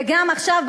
וגם עכשיו,